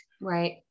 Right